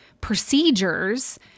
procedures